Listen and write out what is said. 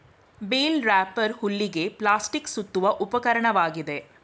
bale wrapper ಹುಲ್ಲಿಗೆ plastic ಸುತ್ತುವ ಉಪಕರಣವಾಗಿದೆ